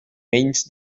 menys